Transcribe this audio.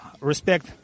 respect